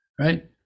right